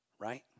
right